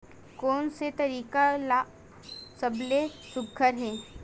कोन से तरीका का सबले सुघ्घर हे?